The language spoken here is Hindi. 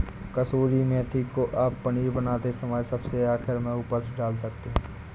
कसूरी मेथी को आप पनीर बनाते समय सबसे आखिरी में ऊपर से डाल सकते हैं